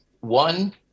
one